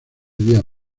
días